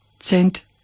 cent